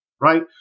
right